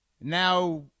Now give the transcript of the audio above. Now